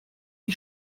wie